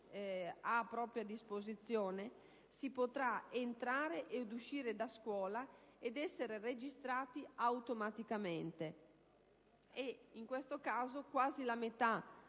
da anni possiede, si potrà entrare ed uscire da scuola ed essere registrati automaticamente. In questo caso, quasi la metà